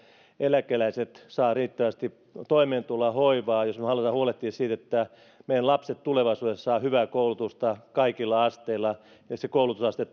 eläkeläiset saavat riittävästi toimeentuloa ja hoivaa ja jos me haluamme huolehtia siitä että meidän lapset tulevaisuudessa saavat hyvää koulutusta kaikilla asteilla ja se koulutusaste